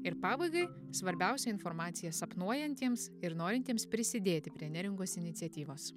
ir pabaigai svarbiausia informacija sapnuojantiems ir norintiems prisidėti prie neringos iniciatyvos